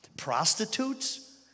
prostitutes